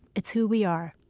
it's who we are.